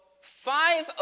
five